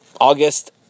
August